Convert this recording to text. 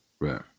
right